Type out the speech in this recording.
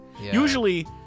Usually